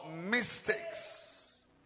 mistakes